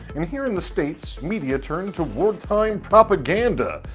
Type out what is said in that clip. and here in the states media turned to wartime propaganda.